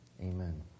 amen